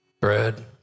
bread